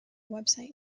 website